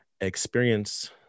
experience